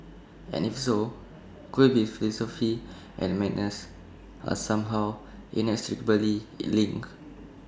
and if so could IT be philosophy and madness are somehow inextricably IT linked